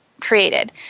created